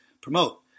promote